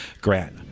Grant